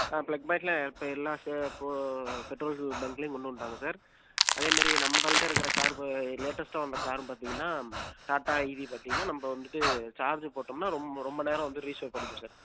ஆ plug பாய்ண்ட்லாம் இப்போ எல்லாம் சே இப்போது பெட்ரோல் பங்க்லையும் கொண்டு வந்துட்டாங்க சார் அதே மாதிரி நம்மள்ட்ட இருக்கிற கார் இப்போ லேட்டஸ்ட்டாக வந்த காருன்னு பார்த்திங்கன்னா டாடா ஈவி பார்த்திங்கன்னா நம்ம வந்துட்டு சார்ஜு போட்டோம்னால் ரொம்ப ரொம்ப நேரம் வந்து ரீஸ்டோர் பண்ணிக்கும் சார்